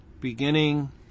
beginning